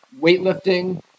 weightlifting